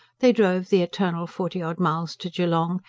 they drove the eternal forty odd miles to geelong,